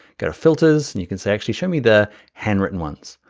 go filters and you can say actually show me the handwritten ones.